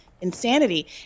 insanity